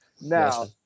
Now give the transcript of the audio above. Now